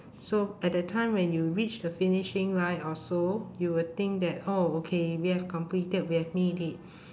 so at that time you when you reach the finishing line also you will think that oh okay we have completed we have made it